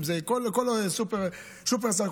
שופרסל,